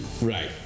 Right